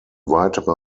weitere